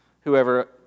whoever